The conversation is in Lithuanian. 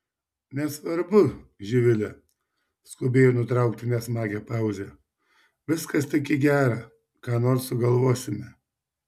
nesvarbu živile skubėjo nutraukti nesmagią pauzę viskas tik į gera ką nors sugalvosime